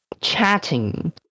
chatting